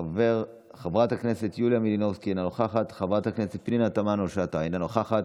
חברת הכנסת מירב כהן, אינה נוכחת,